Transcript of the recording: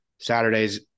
Saturday's